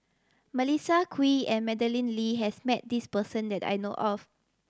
Melissa Kwee and Madeleine Lee has met this person that I know of